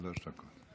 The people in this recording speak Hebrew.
שלוש דקות.